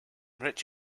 rich